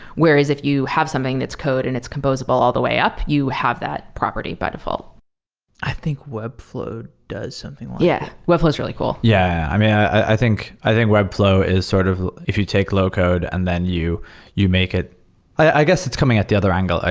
whereas if you have something that's code and it's compose all all the way up, you have that property by default i think webflow does something yeah, webflow is really cool yeah. i think i think webflow is sort of if you take low code and then you you make it i guess it's coming at the other angle.